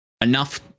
enough